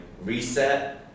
reset